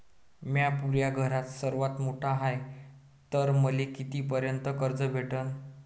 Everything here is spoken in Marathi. म्या पुऱ्या घरात सर्वांत मोठा हाय तर मले किती पर्यंत कर्ज भेटन?